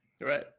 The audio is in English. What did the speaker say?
Right